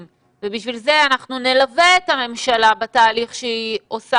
ובשביל זה אנחנו נלווה את הממשלה בתהליך שהיא עושה,